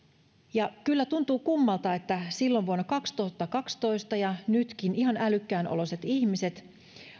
asiaa kyllä tuntuu kummalta että silloin vuonna kaksituhattakaksitoista ja nytkin edelleen ihan älykkään oloiset ihmiset